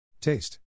Taste